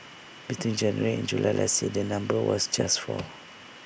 between January and July last year the number was just four